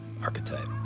Archetype